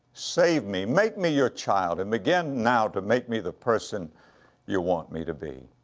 save me, make me your child and begin now to make me the person you want me to be.